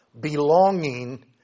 belonging